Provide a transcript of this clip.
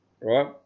Right